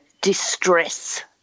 distress